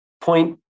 point